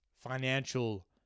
financial